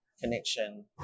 connection